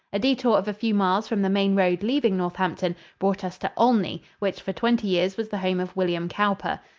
a detour of a few miles from the main road leaving northampton brought us to olney, which for twenty years was the home of william cowper.